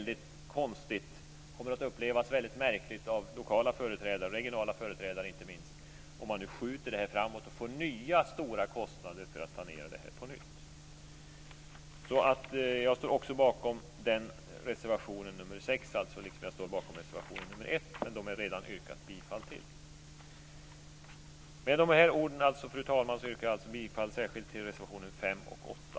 Det kommer då att upplevas som mycket märkligt av lokala och regionala företrädare om man nu skjuter detta framåt och får nya stora kostnader för att planera detta på nytt. Jag står alltså bakom reservation 6 liksom reservation 1, men tidigare talare har redan yrkat bifall till dem. Fru talman! Med det anförda yrkar jag alltså bifall till reservationerna 5 och 8.